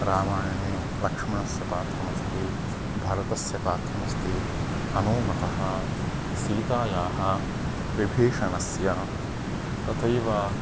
रामायणे लक्ष्मणस्य पात्रमस्ति भरतस्य पात्रमस्ति हनुमतः सीतायाः विभीषणस्य तथैव